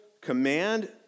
command